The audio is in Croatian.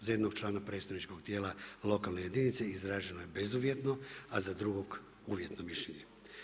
Za jednog člana predstavničkog tijela lokalne jedinice izraženo je bezuvjetno, a za drugog uvjetno mišljenje.